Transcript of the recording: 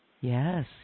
Yes